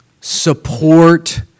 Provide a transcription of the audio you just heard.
support